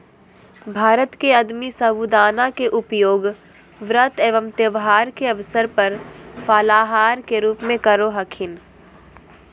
भारत में आदमी साबूदाना के उपयोग व्रत एवं त्यौहार के अवसर पर फलाहार के रूप में करो हखिन